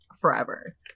forever